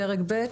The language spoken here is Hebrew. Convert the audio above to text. פרק ב',